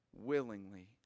willingly